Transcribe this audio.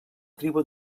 tribu